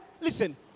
listen